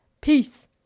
Peace